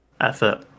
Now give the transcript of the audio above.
effort